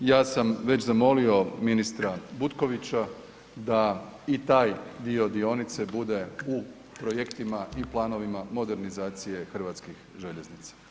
Ja sam već zamolio ministra Butkovića da i taj dio dionice bude u projektima i planovima modernizacije Hrvatskih željeznica.